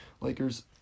Lakers